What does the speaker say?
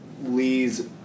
Lee's